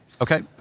Okay